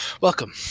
Welcome